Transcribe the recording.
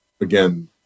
again